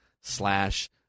slash